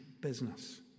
business